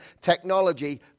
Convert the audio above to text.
technology